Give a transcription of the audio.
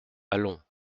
allons